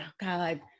god